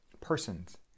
persons